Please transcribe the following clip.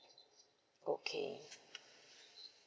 okay